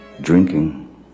drinking